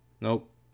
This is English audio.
Nope